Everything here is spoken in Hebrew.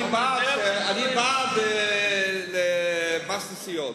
אני בעד מס נסיעות.